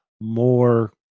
more